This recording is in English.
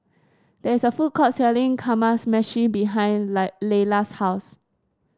there is a food court selling Kamameshi behind Lie Laylah's house